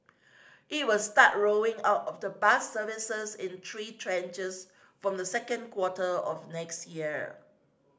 it will start rolling out of the bus services in three tranches from the second quarter of next year